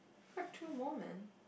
what two moment